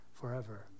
forever